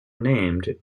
named